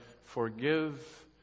forgive